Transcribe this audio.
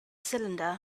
cylinder